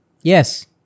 Yes